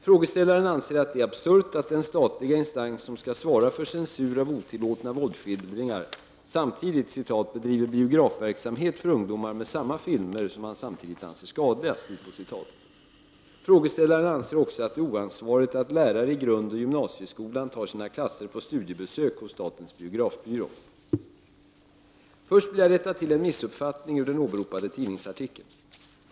Frågeställaren anser att det är absurt att den statliga instans som skall ansvara för censur av otillåtna våldsskildringar samtidigt ”bedriver biografverksamhet för ungdomar med samma filmer som man samtidigt anser skadliga”. Frågeställaren anser också att det är oansvarigt att lärare i grundoch gymnasieskolan tar sina klasser på studiebesök hos statens biografbyrå. Först vill jag rätta till en missuppfattning ur den åberopade tidningsartikeln.